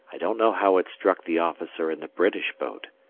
i don't know how it struck the officer in the british boat,